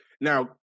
Now